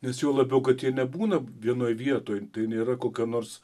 nes juo labiau kad jie nebūna vienoj vietoj tai nėra kokie nors